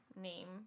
name